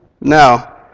Now